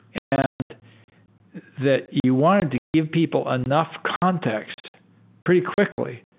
and that you wanted to give people enough contexts pretty quickly